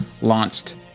launched